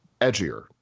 edgier